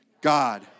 God